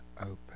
open